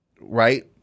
right